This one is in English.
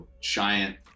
giant